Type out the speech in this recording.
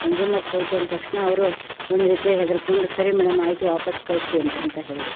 consumer court ಅಂದ ತಕ್ಷಣ ಅವರು ಒಂದು ರೀತಿ ಹೆದ್ರುಕೊಂಡು ಸರಿ ಮೇಡಮ್ ಆಯಿತು ವಾಪಸ್ ಕಳಿಸಿ ಅಂತಂತ ಹೇಳಿದರು